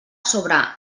sobre